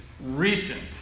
recent